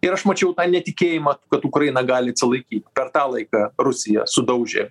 ir aš mačiau netikėjimą kad ukraina gali atsilaikyt per tą laiką rusija sudaužė